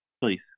please